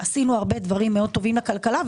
עשינו הרבה דברים מאוד טובים לכלכלה.